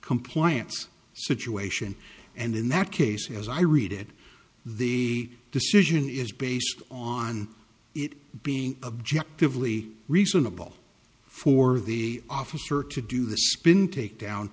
compliance situation and in that case as i read it the decision is based on it being objective lee reasonable for the officer to do the spin takedown